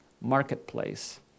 marketplace